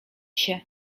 się